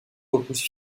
repousse